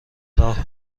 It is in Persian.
راه